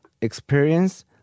experience